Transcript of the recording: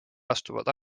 astuvad